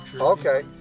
Okay